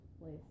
place